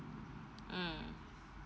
mm